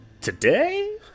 Today